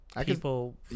people